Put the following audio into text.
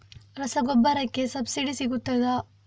ರಸಗೊಬ್ಬರಕ್ಕೆ ಸಬ್ಸಿಡಿ ಸಿಗ್ತದಾ?